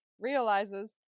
realizes